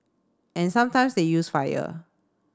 and sometimes they use fire